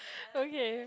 okay